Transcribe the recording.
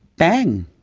bang.